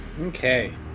Okay